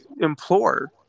implore